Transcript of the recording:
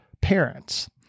parents